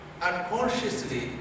unconsciously